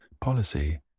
policy